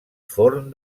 forn